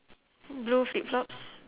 blue flip-flops